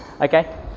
Okay